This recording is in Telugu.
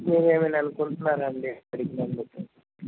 మీరేమైనా అనుకుంటున్నారా అండి అడిగినందుకు